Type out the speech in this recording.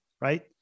Right